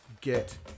Get